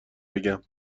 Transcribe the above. بگم